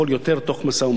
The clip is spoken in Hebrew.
תוך משא-ומתן,